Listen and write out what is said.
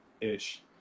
ish